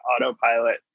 autopilot